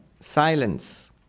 silence